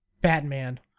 Batman